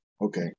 Okay